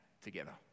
together